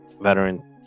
veteran